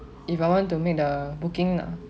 if I want to make the booking now